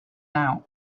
now